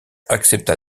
accepta